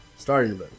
Starting